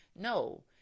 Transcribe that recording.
No